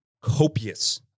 copious